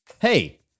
Hey